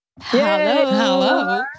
Hello